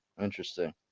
Interesting